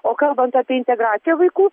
o kalbant apie integraciją vaikų